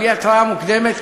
בלי התרעה מוקדמת,